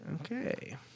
Okay